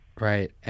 Right